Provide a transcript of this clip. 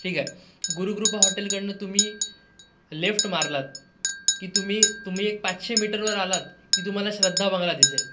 ठीक आहे गुरुगृपा हॉटेलकडनं तुम्ही लेफ्ट मारलात की तुम्ही तुम्ही एक पाचशे मीटरवर आलात की तुम्हाला श्रद्धा बंगला दिसेल